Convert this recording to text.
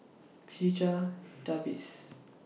Checha Davies